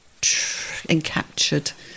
encaptured